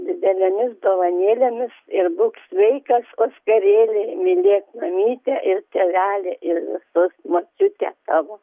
didelėmis dovanėlėmis ir būk sveikas oskarėli mylėk mamytę ir tėvelį ir visus močiutė tavo